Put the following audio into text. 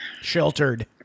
Sheltered